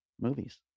movies